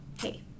hey